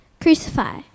Crucify